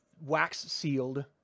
wax-sealed